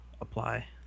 apply